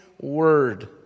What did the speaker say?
word